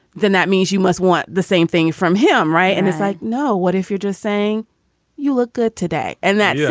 then that means you must want the same thing from him. right. and it's like, no, what if you're just saying you look good today and that, yeah